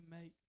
make